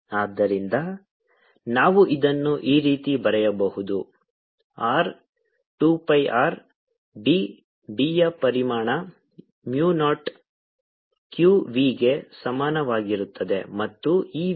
ಆದ್ದರಿಂದ ನಾವು ಇದನ್ನು ಈ ರೀತಿ ಬರೆಯಬಹುದು R 2 pi R B B ಯ ಪರಿಮಾಣ mu ನಾಟ್ q v ಗೆ ಸಮಾನವಾಗಿರುತ್ತದೆ ಮತ್ತು ಈ ವಿಷಯ